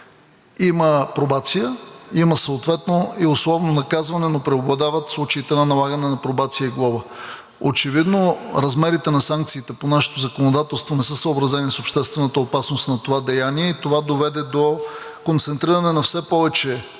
Има пробация, има съответно и условно наказване, но преобладават случаите на налагане на пробация и глоба. Очевидно размерите на санкциите по нашето законодателство не са съобразени с обществената опасност на това деяние и това доведе до концентриране на все повече хора